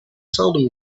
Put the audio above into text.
seldom